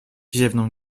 ziewnął